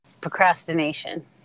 procrastination